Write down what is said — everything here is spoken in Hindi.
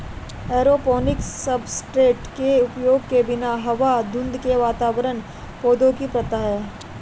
एरोपोनिक्स सब्सट्रेट के उपयोग के बिना हवा धुंध के वातावरण पौधों की प्रथा है